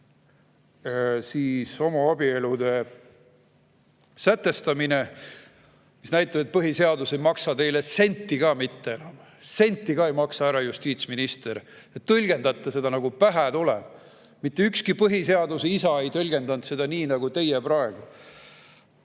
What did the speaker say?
homoabielude sätestamine. See näitab, et põhiseadus ei maksa teile senti ka mitte enam. Senti ka ei maksa, härra justiitsminister! Te tõlgendate seda, nagu pähe tuleb. Mitte ükski põhiseaduse isa ei tõlgendanud seda nii nagu teie praegu.